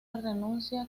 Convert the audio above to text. renuncia